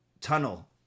tunnel